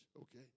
okay